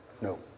No